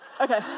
Okay